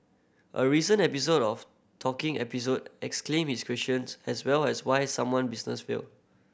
a recent episode of Talking Episode examined this questions as well as why some one businesses fail